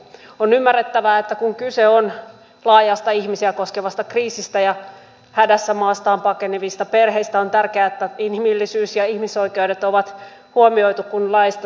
on ymmärrettävää että kun kyse on laajasta ihmisiä koskevasta kriisistä ja hädässä maastaan pakenevista perheistä on tärkeää että inhimillisyys ja ihmisoikeudet on huomioitu kun laista säädetään